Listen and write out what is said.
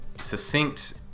succinct